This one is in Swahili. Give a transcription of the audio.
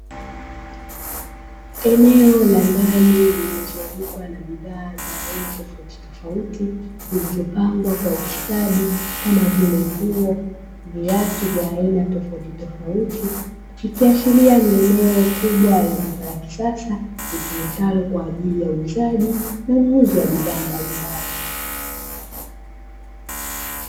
Eneo la ndani lililozungukwa na bidhaa za aina tofautitofauti zilizopangwa kwa ustadi kama vile nguo, viatu vya aina tofautitofauti. Ikiashiria ni eneo kubwa la duka la kisasa litumikalo kwa ajili ya uuzaji ya ununuzi wa bidhaa mbalimbali.